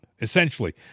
essentially